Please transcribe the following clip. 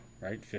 right